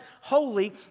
holy